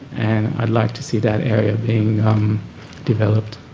and i'd like to see that area being um developed.